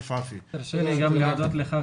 תרשה לי גם להודות לך,